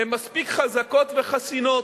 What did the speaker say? הן מספיק חזקות וחסינות.